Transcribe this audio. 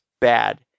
bad